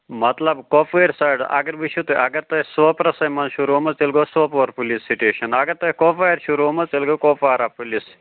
مطلب کۄپوٲرۍ سایڈٕ اگر وٕچھِو تُہۍ اَگر تۄہہِ سوپرَسٕے منٛز رٲومٕژ تیٚلہِ گوٚو سوپور پُلیٖس سِٹیشَن اَگر تۄہہِ کۄپوارِ چھو رٲومٕژ تیٚلہِ گوٚو کۄپواراہ پُلیٖس